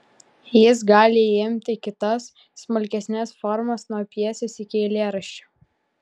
jis gali įimti kitas smulkesnes formas nuo pjesės iki eilėraščio